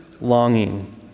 longing